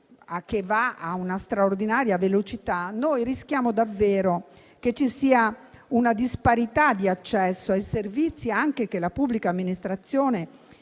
che procede a una straordinaria velocità, rischiamo davvero che ci sia una disparità di accesso anche ai servizi che la pubblica amministrazione